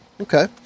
Okay